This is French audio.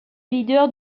leader